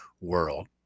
world